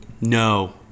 No